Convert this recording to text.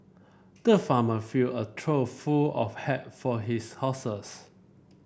the farmer filled a trough full of hay for his horses